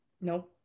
No